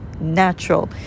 natural